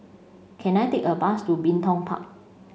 can I take a bus to Bin Tong Park